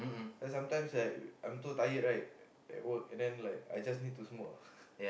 you know sometimes like I'm too tired at work right you know then I just need to smoke lah